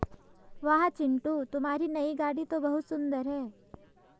वाह चिंटू तुम्हारी नई गाड़ी तो बहुत सुंदर है